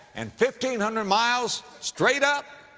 and fifteen hundred miles straight up!